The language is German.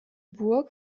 burg